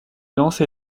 lancé